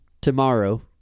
tomorrow